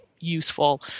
useful